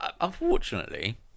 unfortunately